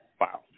Wow